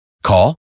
Call